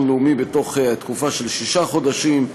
לאומי בתוך תקופה של שישה חודשים,